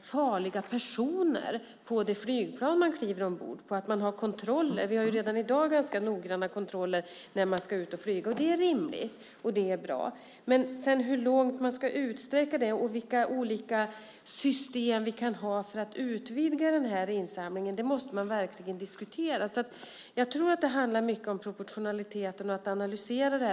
farliga personer på det flygplan man kliver ombord på och att man vill ha kontroller. Vi har redan i dag ganska noggranna kontroller när man ska ut och flyga. Det är rimligt och det är bra. Men man måste verkligen diskutera hur långt man ska utsträcka det och vilka olika system vi kan ha för att utvidga insamlingen. Jag tror att det handlar mycket om proportionaliteten och att analysera det här.